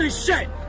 ah shit.